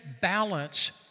balance